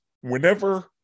whenever